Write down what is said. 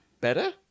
better